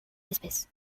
espèces